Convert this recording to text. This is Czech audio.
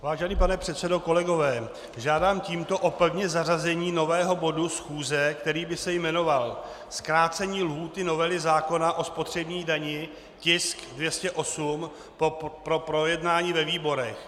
Vážený pane předsedo, kolegové, žádám tímto o pevné zařazení nového bodu schůze, který by se jmenoval zkrácení lhůty novely zákona o spotřební dani, tisk 208, pro projednání ve výborech.